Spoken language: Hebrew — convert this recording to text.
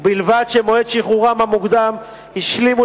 ובלבד שבמועד שחרורם המוקדם השלימו